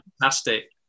fantastic